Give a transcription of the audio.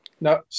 No